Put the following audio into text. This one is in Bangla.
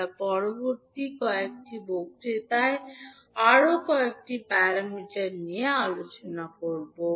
আমরা পরবর্তী কয়েকটি বক্তৃতায় আরও কয়েকটি প্যারামিটার নিয়ে আলোচনা করব